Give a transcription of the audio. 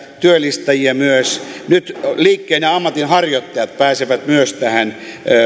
työllistäjiä nyt myös liikkeen ja ja ammatinharjoittajat pääsevät tähän